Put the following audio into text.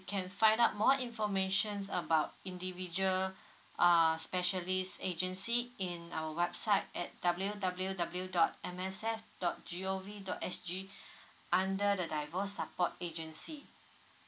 can find out more information about individual uh specialist agency in our website at W_W_W dot M S F dot G_O_V dot S_G under the divorce support agency